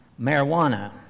marijuana